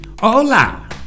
Hola